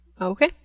Okay